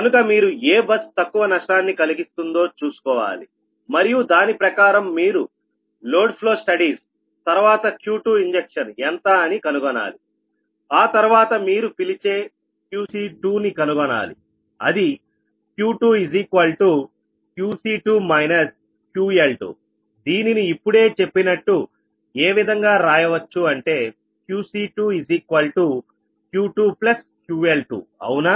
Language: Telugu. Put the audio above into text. కనుక మీరు ఏ బస్ తక్కువ నష్టాన్ని కలిగిస్తుందో చూసుకోవాలి మరియు దాని ప్రకారం మీరు లోడ్ ఫ్లో స్టడీస్ తర్వాత Q2ఇంజక్షన్ ఎంత అని కనుగొనాలి ఆ తర్వాత మీరు పిలిచే QC2ని కనుగొనాలి అది Q2QC2 QL2దీనిని ఇప్పుడే చెప్పినట్టు ఏ విధంగా రాయవచ్చు అంటే QC2Q2QL2అవునా